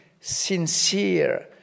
sincere